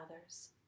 others